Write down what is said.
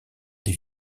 les